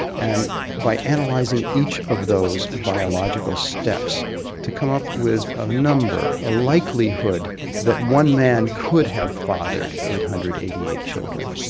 and by analysing each of those biological steps to come up with a number, a likelihood that one man could have fathered eight hundred and eighty eight children.